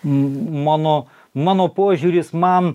mano mano požiūris man